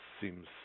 seems